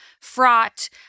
fraught